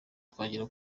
twagera